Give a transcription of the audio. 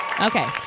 Okay